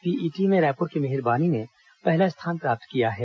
PET में रायपूर के मिहिर बानी ने पहला स्थान प्राप्त किया है